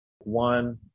One